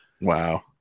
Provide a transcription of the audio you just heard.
Wow